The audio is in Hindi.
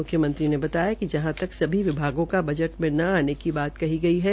मुख्यमंत्री ने बताया कि जहां तक सभी विभागों का बजट में न आने की बात कही गई है